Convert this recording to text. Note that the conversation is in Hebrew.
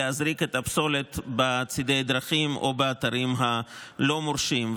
לזרוק את הפסולת בצידי דרכים או באתרים לא מורשים.